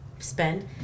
spend